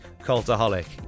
Cultaholic